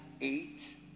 eight